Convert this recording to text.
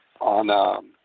on